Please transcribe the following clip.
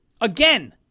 Again